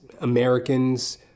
Americans